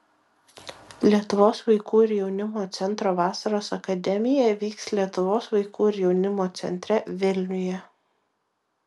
lietuvos vaikų ir jaunimo centro vasaros akademija vyks lietuvos vaikų ir jaunimo centre vilniuje